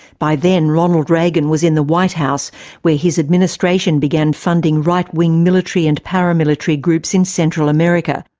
by then, ronald reagan was in the white house where his administration began funding right-wing military and paramilitary groups in central america.